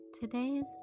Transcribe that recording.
today's